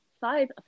five